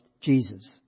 Jesus